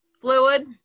fluid